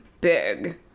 big